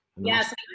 Yes